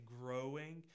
growing